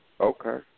Okay